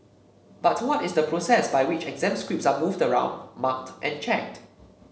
but what is the process by which exam scripts are moved around marked and checked